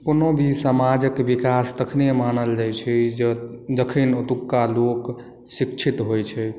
कोनो भी समाजक विकास तखने मानल जाइत छै जखन ओतुका लोक शिक्षित होइत छै